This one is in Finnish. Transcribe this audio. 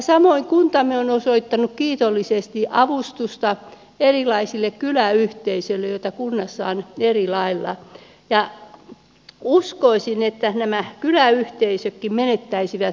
samoin kuntamme on osoittanut kiitollisesti avustusta erilaisille kyläyhteisöille joita kunnassa on erilaisia ja uskoisin että nämä kyläyhteisötkin menettäisivät merkityksen